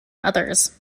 others